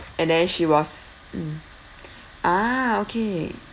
and then she was mm ah okay